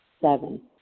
Seven